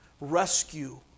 rescue